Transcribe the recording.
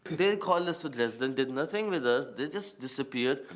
they called us to dresden, did nothing with us. they just disappeared.